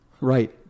Right